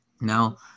Now